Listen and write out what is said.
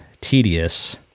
tedious